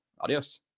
Adios